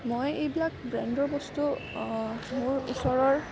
মই এইবিলাক ব্ৰেণ্ডৰ বস্তু মোৰ ওচৰৰ